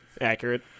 Accurate